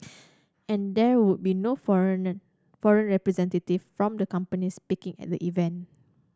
and there would be no foreigner foreign representative from the companies speaking at the event